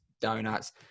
donuts